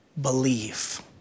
Believe